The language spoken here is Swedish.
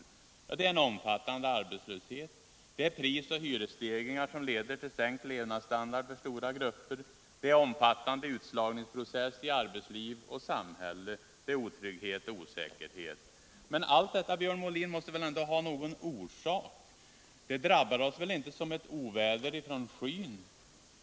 Jo, att det råder omfattande arbetslöshet, att prisoch hyresstegringar leder till sänkt levnadsstandard för stora grupper, att det är en omfattande utslagningsprocess i arbetsliv och samhälle och att det är otrygghet och osäkerhet. Men allt detta, Björn Molin, måste väl ändå ha någon orsak? Det drabbar oss väl inte som ett oväder från skyn?